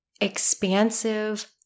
expansive